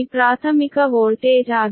Ep is ಪ್ರಾಥಮಿಕ voltage